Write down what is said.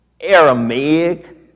Aramaic